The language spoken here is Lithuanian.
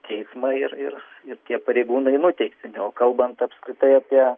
teismą ir ir ir tie pareigūnai nuteisti o kalbant apskritai apie